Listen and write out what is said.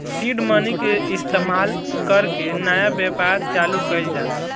seed money के इस्तमाल कर के नया व्यापार चालू कइल जाला